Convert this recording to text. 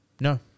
No